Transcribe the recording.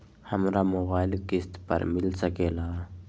हमरा मोबाइल किस्त पर मिल सकेला?